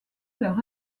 leur